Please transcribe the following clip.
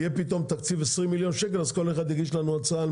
יהיה פתאום תקציב 20 מיליון שקל אז כל אחד יגיש לנו הצעה.